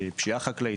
מפשיעה חקלאית,